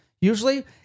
usually